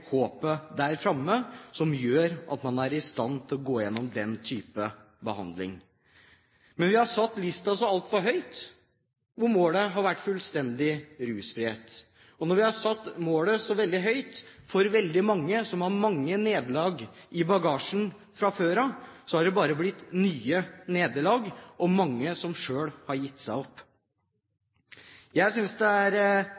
håpet der framme som gjør at man er i stand til å gå igjennom den type behandling. Men vi har satt listen så altfor høyt når målet har vært fullstendig rusfrihet. Når vi har satt målet så veldig høyt for veldig mange som har mange nederlag i bagasjen fra før, har det bare ført til nye nederlag og mange som har gitt opp seg